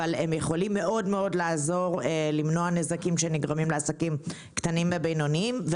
אבל הם יכולים מאוד לעזור למנוע נזקים שנגרמים לעסקים קטנים ובינוניים,